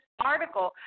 article